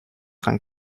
dran